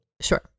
Sure